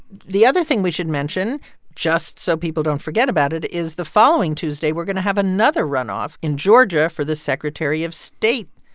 the other thing we should mention just so people don't forget about it is the following tuesday, we're going to have another runoff in georgia for the secretary of state.